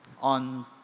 on